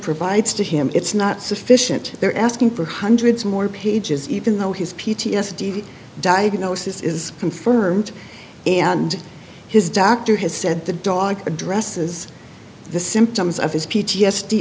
provides to him it's not sufficient they're asking for hundreds more pages even though his p t s d diagnosis is confirmed and his doctor has said the dog addresses the symptoms of his p t s d